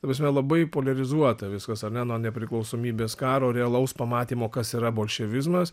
ta prasme labai poliarizuota viskas ar ne nuo nepriklausomybės karo realaus pamatymo kas yra bolševizmas